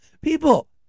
People